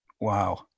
Wow